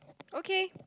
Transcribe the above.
okay